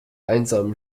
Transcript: einsamen